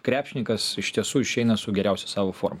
krepšininkas iš tiesų išeina su geriausia savo forma